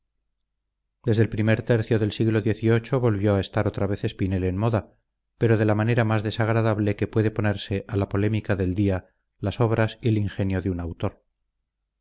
desde el primer tercio del siglo xviii volvió a estar otra vez espinel en moda pero de la manera más desagradable que pueden ponerse a la polémica del día las obras y el ingenio de un autor